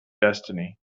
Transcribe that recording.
destiny